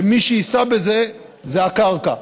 ומי שיישא בזה זה הקרקע.